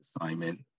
assignment